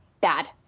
bad